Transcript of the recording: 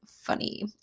funny